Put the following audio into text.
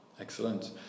Excellent